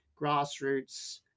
grassroots